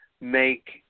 make